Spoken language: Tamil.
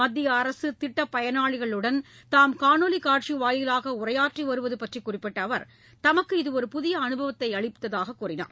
மத்திய அரசு திட்டப் பயனாளிகளுடன் தாம் காணொலி காட்சி வாயிலாக உரையாற்றி வருவது பற்றி குறிப்பிட்ட அவர் தமக்கு இது புதிய அனுபவத்தை அளித்ததாக கூறினார்